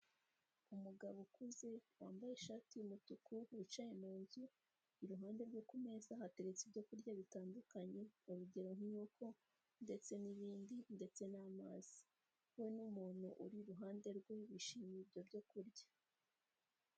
Umugabo ukuze, wambaye ishati y'umutuku, wicaye mu nzu, iruhande rwe ku meza hateretse ibyo kurya bitandukanye, urugero nk'inkoko ndetse n'ibindi ndetse n'amazi. We n'umuntu uri iruhande rwe bishimiye ibyo byo kurya.